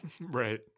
right